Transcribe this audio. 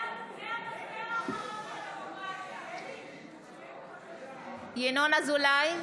ינון אזולאי,